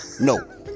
No